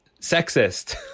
sexist